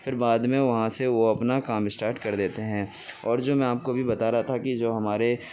پھر بعد میں وہاں سے وہ اپنا کام اسٹارٹ کر دیتے ہیں اور جو میں آپ کو ابھی بتا رہا تھا کہ جو ہمارے